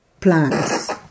plants